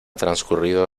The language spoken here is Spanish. transcurrido